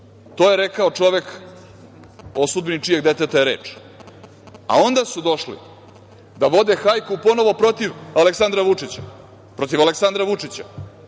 To je rekao čovek o sudbini čijeg deteta je reč. Onda su došli da vode hajku ponovo protiv Aleksandra Vučića,